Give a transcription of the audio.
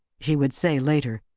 she would say later.